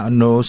no